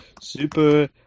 Super